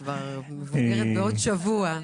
אני כבר מבוגרת בעוד שבוע.